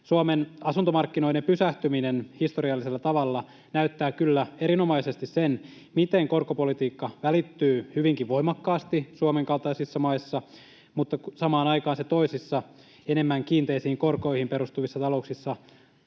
Suomen asuntomarkkinoiden pysähtyminen historiallisella tavalla näyttää kyllä erinomaisesti sen, miten korkopolitiikka välittyy hyvinkin voimakkaasti Suomen kaltaisissa maissa, mutta samaan aikaan se toisissa, enemmän kiinteisiin korkoihin perustuvissa talouksissa